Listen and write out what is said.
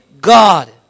God